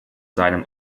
seinem